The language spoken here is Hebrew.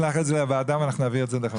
שלח את זה לוועדה ואנחנו נעביר את זה לחברי הכנסת.